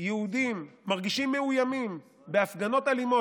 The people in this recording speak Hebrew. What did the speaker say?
יהודים מרגישים מאוימים בהפגנות אלימות